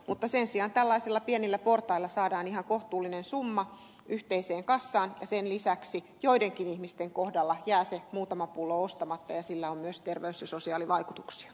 mutta sen sijaan tällaisilla pienillä portailla saadaan ihan kohtuullinen summa yhteiseen kassaan ja sen lisäksi joidenkin ihmisten kohdalla jää muutama pullo ostamatta ja sillä on myös terveys ja sosiaalivaikutuksia